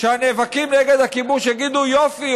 שהנאבקים נגד הכיבוש יגידו: יופי,